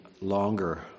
longer